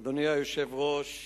אדוני היושב-ראש,